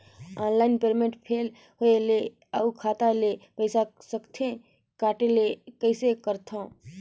Online payment fail होय ले अउ खाता ले पईसा सकथे कटे ले कइसे करथव?